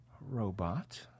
robot